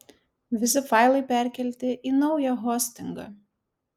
visi failai perkelti į naują hostingą